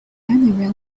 only